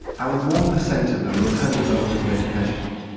and one percent of them were co-developers of education.